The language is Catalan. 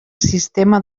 sistema